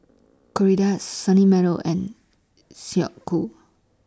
Gilera Sunny Meadow and Snek Ku